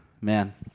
Man